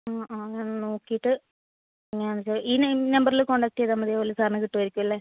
ആഹ് ആഹ് ഞാൻ നോക്കിയിട്ട് എങ്ങനെയാണെന്ന് വച്ചാൽ ഈ നമ്പറിൽ കോൺടാക്ട് ചെയ്താൽ മതിയാവും അല്ലെ സാറിനെ കിട്ടുമായിരിക്കും അല്ലെ